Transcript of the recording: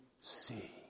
see